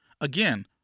Again